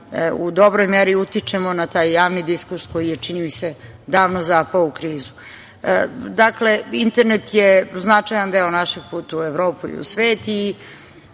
u dobroj meri utičemo na taj javni diskurs koji je, čini mi se, davno zapao u krizu. Dakle, internet je značajan deo našeg puta u Evropu i u svet